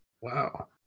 Wow